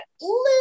little